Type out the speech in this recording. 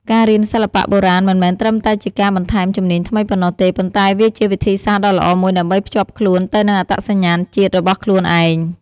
ការរៀនសិល្បៈបុរាណមិនមែនត្រឹមតែជាការបន្ថែមជំនាញថ្មីប៉ុណ្ណោះទេ ប៉ុន្តែវាជា វិធីសាស្ត្រដ៏ល្អមួយដើម្បីភ្ជាប់ខ្លួនទៅនឹងអត្តសញ្ញាណជាតិ របស់ខ្លួនឯង។